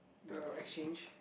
the exchange